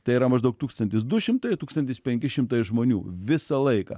tai yra maždaug tūkstantis du šimtai tūkstantis penki šimtai žmonių visą laiką